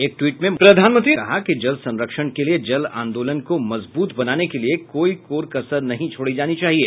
एक ट्वीट में मोदी ने कहा कि जल संरक्षण के लिए जल आंदोलन को मजबूत बनाने के लिए कोई कोर कसर नहीं छोड़ी जानी चाहिए